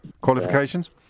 Qualifications